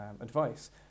advice